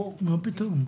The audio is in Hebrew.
מה פתאום?